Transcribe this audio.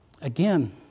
Again